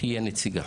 תהי הנציגה.